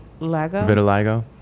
vitiligo